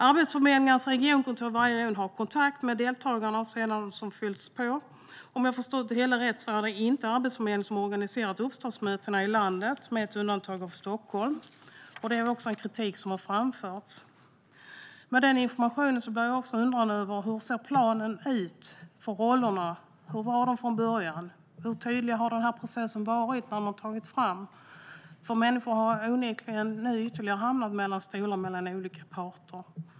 Arbetsförmedlingarnas regionkontor i varje region har kontakt med deltagarna som sedan har fyllts på. Om jag förstått det hela rätt är det inte Arbetsförmedlingen som organiserat uppstartsmötena i landet med undantag av Stockholm. Det var också en kritik som har framförts. Med den informationen blir jag undrande över: Hur ser planen ut för rollerna? Hur var den från början? Hur tydlig har processen varit som man har tagit fram? Människor har onekligen ytterligare hamnat mellan stolarna hos olika parter.